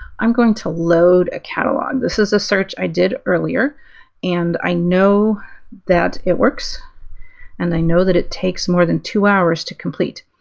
i'm going to load a catalog. this is a search i did earlier and i know that it works and i know that it takes more than two hours to complete.